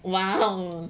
!wow!